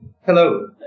Hello